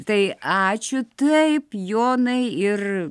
tai ačiū taip jonai ir